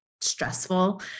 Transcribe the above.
stressful